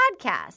podcast